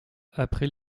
après